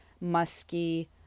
musky